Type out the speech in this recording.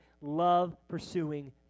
love-pursuing